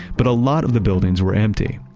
but a lot of the buildings were empty.